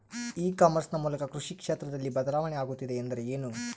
E commerce ನ ಮೂಲಕ ಕೃಷಿ ಕ್ಷೇತ್ರದಲ್ಲಿ ಬದಲಾವಣೆ ಆಗುತ್ತಿದೆ ಎಂದರೆ ಏನು?